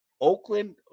Oakland